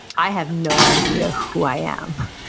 i have no idea who i am.